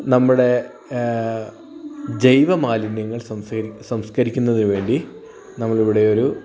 നമ്മുടെ ജൈവ മാലിന്യങ്ങൾ സംസ്ക്കരിക്കുന്നതിനു വേണ്ടി നമ്മളിവിടെയൊരു